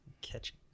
Catch